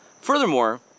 Furthermore